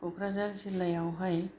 क'क्राझार जिल्लायावहाय